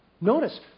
Notice